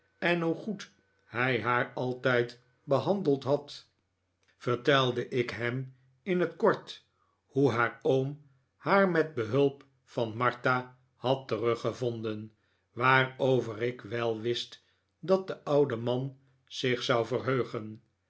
en hoe goed hij haar altijd behandeld had vertelde ik hem in het kort hoe haar oom haar met hulp van martha had teruggevonden waarover ik wel wist dat de oude man zich zou verheugen